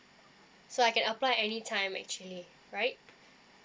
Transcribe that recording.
so I can apply any time actually right